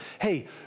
hey